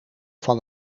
van